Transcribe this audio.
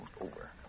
over